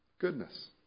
Goodness